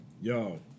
Yo